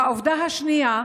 העובדה השנייה: